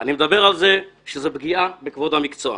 אני מדבר על זה שזו פגיעה בכבוד המקצוע.